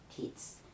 kids